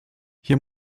hier